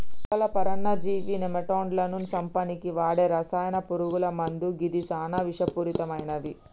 మొక్కల పరాన్నజీవి నెమటోడ్లను సంపనీకి వాడే రసాయన పురుగుల మందు గిది సానా విషపూరితమైనవి